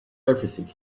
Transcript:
everything